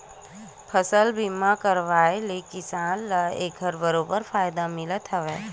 फसल बीमा के करवाय ले किसान ल एखर बरोबर फायदा मिलथ हावय